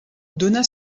donna